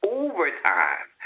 overtime